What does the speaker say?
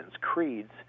Creeds